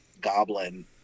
Goblin